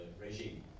regime